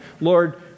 Lord